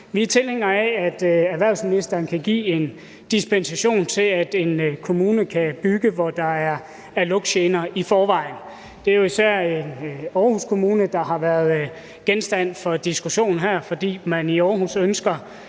Vi er tilhængere af, at erhvervsministeren kan give en dispensation, så en kommune kan bygge, hvor der er lugtgener i forvejen. Det er jo især Aarhus Kommune, der har været genstand for diskussion her, fordi man i Aarhus ønsker